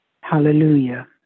Hallelujah